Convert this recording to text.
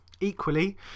Equally